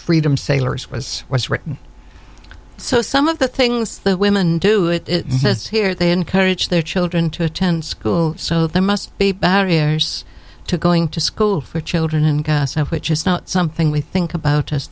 freedom sailors was was written so some of the things that women do it says here they encourage their children to attend school so there must be barriers to going to school for children which is not something we think about